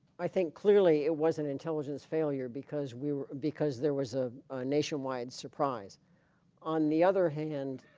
i think clearly it was an intelligence failure because we were because there was a nationwide surprise on the other hand